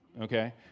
Okay